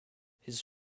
his